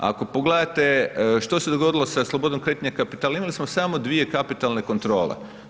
Ako pogledate što se dogodilo sa slobodom kretanja kapitala, imali smo samo dvije kapitalne kontrole.